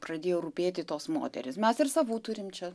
pradėjo rūpėti tos moterys mes ir savų turim čia